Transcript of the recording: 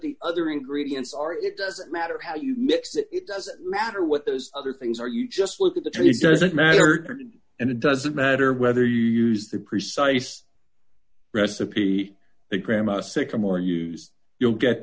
the other ingredients are it doesn't matter how you mix it it doesn't matter what those other things are you just look at the trees doesn't matter and it doesn't matter whether you use the precise recipe the grammar sycamore used you'll get